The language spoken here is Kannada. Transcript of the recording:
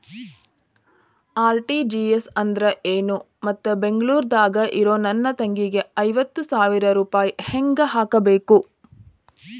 ಆರ್.ಟಿ.ಜಿ.ಎಸ್ ಅಂದ್ರ ಏನು ಮತ್ತ ಬೆಂಗಳೂರದಾಗ್ ಇರೋ ನನ್ನ ತಂಗಿಗೆ ಐವತ್ತು ಸಾವಿರ ರೂಪಾಯಿ ಹೆಂಗ್ ಹಾಕಬೇಕು?